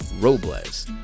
robles